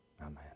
Amen